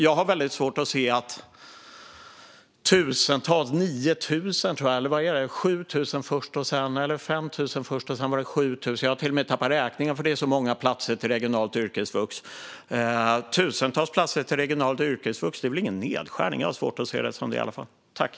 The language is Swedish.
Jag har väldigt svårt att se att 9 000, eller om det var först 5 000 och sedan 7 000 - jag har till och med tappat räkningen, för det är så många - platser till regionalt yrkesvux är en nedskärning. Tusentals platser till regionalt yrkesvux är väl ingen nedskärning? Jag har i alla fall svårt att se det så.